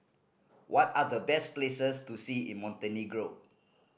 what are the best places to see in Montenegro